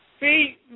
See